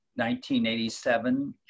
1987